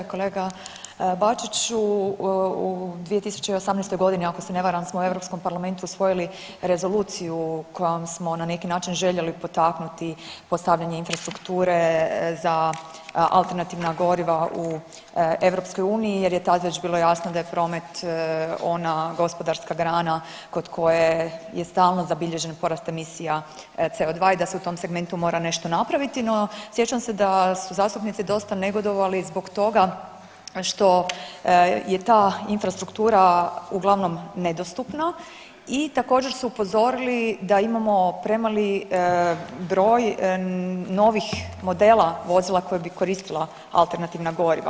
Kolega Bačiću, u 2018., ako se ne varam, smo u EU parlamentu usvojili rezoluciju kojom smo na neki način željeli potaknuti postavljanje infrastrukture za alternativna goriva u EU jer je tad već bilo jasno da je promet ona gospodarska grana kod koje je stalno zabilježen porast emisija CO2 i da se u tom segmentu mora nešto napraviti, no sjećam se da su zastupnici dosta negodovali zbog toga što je ta infrastruktura uglavnom nedostupna i također su upozorili da imamo premali broj novih modela vozila koja bi koristila alternativna goriva.